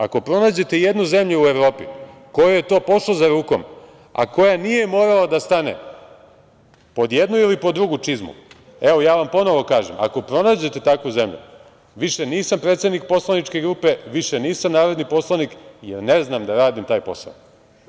Ako pronađete jednu zemlju u Evropi kojoj je to pošlo za rukom, a koja nije morala da stane pod jednu ili pod drugu čizmu, evo, ja vam ponovo kažem, ako pronađete takvu zemlju, više nisam predsednik poslaničke grupe, više nisam narodni poslanik, jer ne znam da radim taj posao.